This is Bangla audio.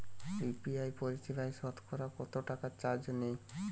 ইউ.পি.আই পরিসেবায় সতকরা কতটাকা চার্জ নেয়?